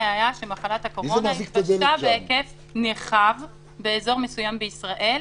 היה שמחלת הקורונה התפשטה בהיקף נרחב באזור מסוים בישראל,